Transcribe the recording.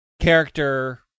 character